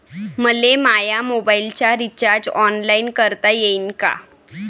मले माया मोबाईलचा रिचार्ज ऑनलाईन करता येईन का?